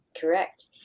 correct